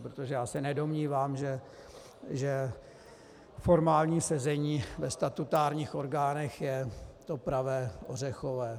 Protože já se nedomnívám, že formální sezení ve statutárních orgánech je to pravé ořechové.